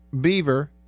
Beaver